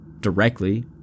directly